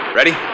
Ready